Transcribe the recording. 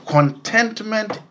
Contentment